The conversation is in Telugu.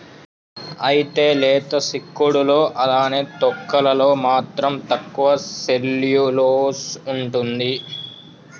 అయితే లేత సిక్కుడులో అలానే తొక్కలలో మాత్రం తక్కువ సెల్యులోస్ ఉంటుంది